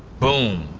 boom.